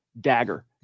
Dagger